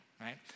right